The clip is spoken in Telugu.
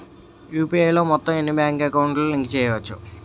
యు.పి.ఐ లో మొత్తం ఎన్ని బ్యాంక్ అకౌంట్ లు లింక్ చేయచ్చు?